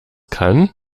kann